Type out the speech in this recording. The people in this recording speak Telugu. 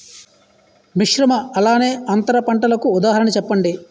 మిశ్రమ అలానే అంతర పంటలకు ఉదాహరణ చెప్పండి?